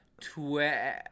twelve